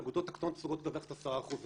האגודות הקטנות מסוגלות לדווח את ה-10% האלה.